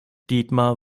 dietmar